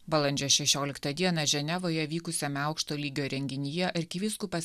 balandžio šešioliktą dieną ženevoje vykusiame aukšto lygio renginyje arkivyskupas